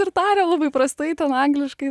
ir taria labai prastai ten angliškai